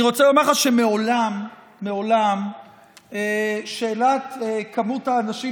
אני רוצה לומר לך שמעולם שאלת כמות האנשים